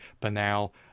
banal